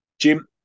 Jim